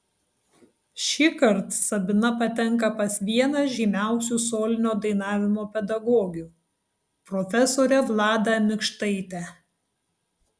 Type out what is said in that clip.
šįkart sabina patenka pas vieną žymiausių solinio dainavimo pedagogių profesorę vladą mikštaitę